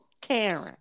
Karen